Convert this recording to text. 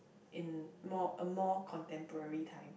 in more a more contemporary time